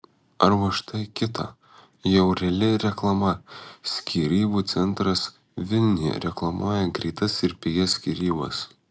arba štai kita jau reali reklama skyrybų centras vilniuje reklamuoja greitas ir pigias skyrybas